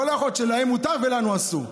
אבל לא יכול להיות שלהם מותר ולנו אסור.